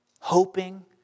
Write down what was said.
Hoping